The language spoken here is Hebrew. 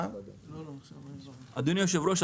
הערה אחרונה.